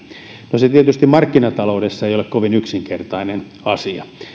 no se ei tietenkään markkinataloudessa ole kovin yksinkertainen asia